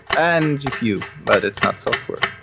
and gpu, but it's not software,